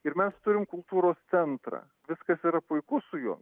ir mes turim kultūros centrą viskas yra puiku su juo